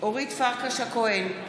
אורית פרקש-הכהן,